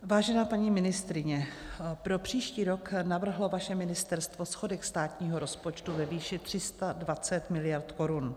Vážená paní ministryně, pro příští rok navrhlo vaše ministerstvo schodek státního rozpočtu ve výši 320 miliard korun.